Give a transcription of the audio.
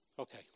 Okay